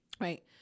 right